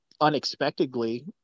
unexpectedly